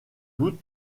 doute